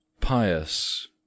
pious